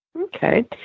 Okay